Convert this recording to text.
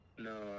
No